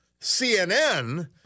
CNN